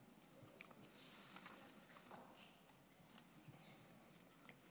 עשרות שנים אחרי.